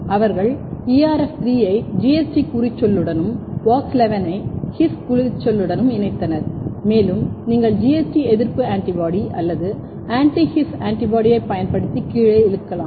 அவர்கள் ERF3 ஐ GST குறிச்சொல்லுடனும் WOX11 ஐ His குறிச்சொல்லுடனும் இணைத்தனர் மேலும் நீங்கள் GST எதிர்ப்பு ஆன்டிபாடி அல்லது ஆன்டி His ஆன்டிபாடியைப் பயன்படுத்தி கீழே இழுக்கலாம்